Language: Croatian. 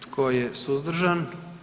Tko je suzdržan?